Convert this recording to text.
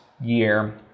year